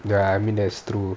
ya I mean that's true